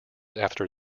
after